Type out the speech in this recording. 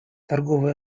торговые